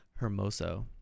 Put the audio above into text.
Hermoso